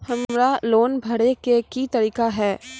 हमरा लोन भरे के की तरीका है?